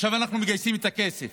עכשיו אנחנו מגייסים את הכסף,